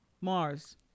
Mars